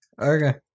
Okay